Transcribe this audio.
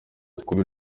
kuba